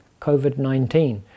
COVID-19